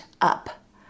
up